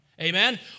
amen